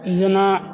जेना